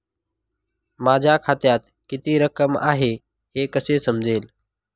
माझ्या खात्यात किती रक्कम आहे हे कसे समजेल?